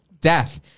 death